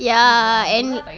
ya and